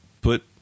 put